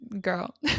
girl